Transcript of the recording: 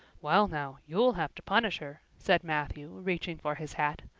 well now, you'll have to punish her, said matthew, reaching for his hat.